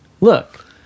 Look